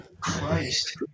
Christ